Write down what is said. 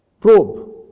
probe